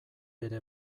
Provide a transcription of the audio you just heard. ere